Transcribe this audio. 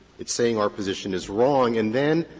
it's saying our position is wrong. and then,